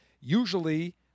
usually